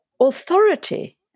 authority